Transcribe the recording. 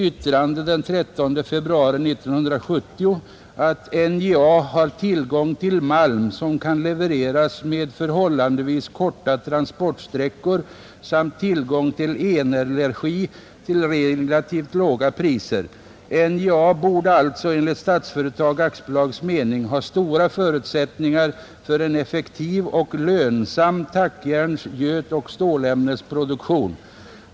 Där konstaterar Statsföretag AB ”att NJA har tillgång till malm som kan levereras med förhållandevis korta transportsträckor samt tillgång till elenergi till relativt låga priser, NJA borde alltså enligt Statsföretag AB:s mening ha stora förutsättningar för en effektiv och lönsam tackjärns-, götoch stålämnesproduktion.